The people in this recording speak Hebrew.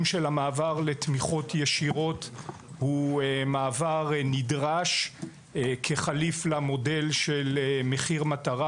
של המעבר לתמיכות ישירות הוא מעבר לנדרש כחליף למודל של מחיר מטרה,